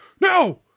No